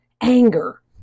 anger